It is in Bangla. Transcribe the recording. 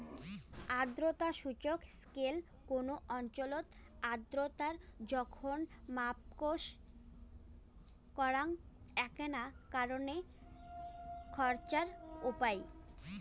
আর্দ্রতা সূচক স্কেল কুনো অঞ্চলত আর্দ্রতার জোখন মাপজোক করার এ্যাকনা কণেক খরচার উপাই